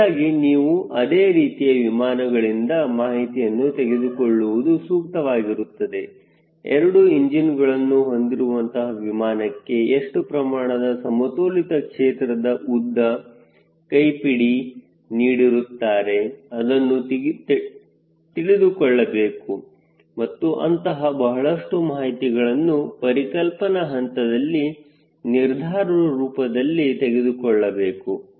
ಹೀಗಾಗಿ ನೀವು ಅದೇ ರೀತಿಯ ವಿಮಾನಗಳಿಂದ ಮಾಹಿತಿಯನ್ನು ತೆಗೆದುಕೊಳ್ಳುವುದು ಸೂಕ್ತವಾಗಿರುತ್ತದೆ ಎರಡು ಇಂಜಿನ್ಗಳನ್ನು ಹೊಂದಿರುವಂತಹ ವಿಮಾನಕ್ಕೆ ಎಷ್ಟು ಪ್ರಮಾಣದ ಸಮತೋಲಿತ ಕ್ಷೇತ್ರದ ಉದ್ದ ಕೈಪಿಡಿಯಲ್ಲಿ ನೀಡಿರುತ್ತಾರೆ ಅದನ್ನು ತಿಳಿದುಕೊಳ್ಳಬೇಕು ಮತ್ತು ಅಂತಹ ಬಹಳಷ್ಟು ಮಾಹಿತಿಗಳನ್ನು ಪರಿಕಲ್ಪನಾ ಹಂತದಲ್ಲಿ ನಿರ್ಧಾರ ರೂಪದಲ್ಲಿ ತೆಗೆದುಕೊಳ್ಳಬೇಕು